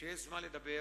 הוא שיש זמן לדבר,